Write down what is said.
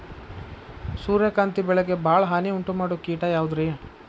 ಸೂರ್ಯಕಾಂತಿ ಬೆಳೆಗೆ ಭಾಳ ಹಾನಿ ಉಂಟು ಮಾಡೋ ಕೇಟ ಯಾವುದ್ರೇ?